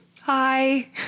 Hi